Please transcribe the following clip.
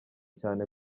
cyane